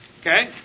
Okay